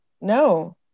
No